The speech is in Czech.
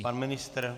Pan ministr?